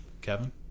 Kevin